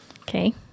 okay